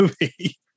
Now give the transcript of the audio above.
movie